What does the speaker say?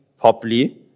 properly